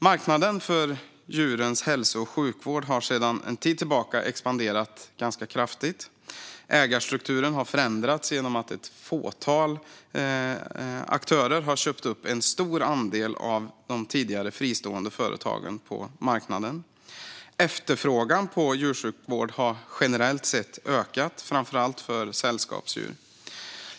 Marknaden för djurens hälso och sjukvård har sedan en tid tillbaka expanderat ganska kraftigt. Ägarstrukturen har förändrats genom att ett fåtal aktörer har köpt upp en stor andel av de tidigare fristående företagen på marknaden. Efterfrågan på djursjukvård har generellt sett ökat, framför allt när det gäller sällskapsdjur.